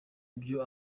byo